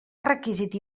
requisit